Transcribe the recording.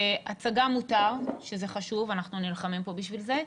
שהצגה מותר, שזה חשוב, אנחנו נלחמים פה בשביל זה,